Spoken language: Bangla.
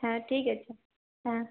হ্যাঁ ঠিক আছে হ্যাঁ